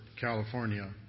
California